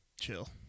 chill